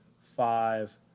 five